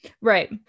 right